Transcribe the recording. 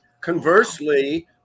conversely